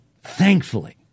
Thankfully